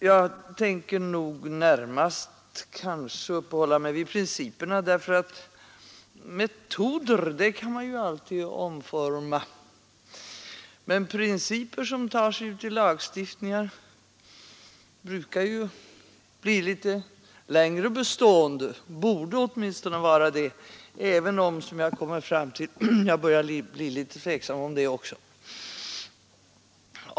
Jag tänker närmast uppehålla mig vid principerna — metoder kan ju alltid omformas, men principer som tar sig uttryck i lagstiftning brukar bli längre bestående. De borde åtminstone vara det, även om jag börjar bli litet tveksam om det också.